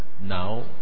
now